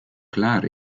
klaar